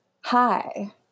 hi